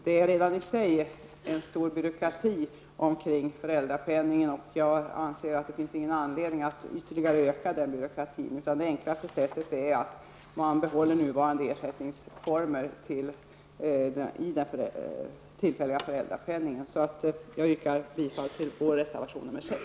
Det råder redan i sig en stor byråkrati omkring föräldrapenningen, och jag anser inte att det finns någon anledning att öka byråkratin. Det enklaste sättet är att man behåller nuvarande ersättningsformer inom den tillfälliga föräldrapenningen. Jag yrkar bifall till vår reservation 6.